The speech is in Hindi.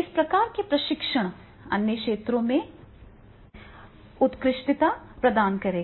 इस प्रकार का प्रशिक्षण अन्य क्षेत्रों में भी उत्कृष्टता प्रदान करेगा